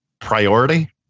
priority